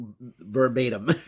verbatim